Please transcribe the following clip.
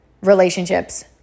relationships